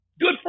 Good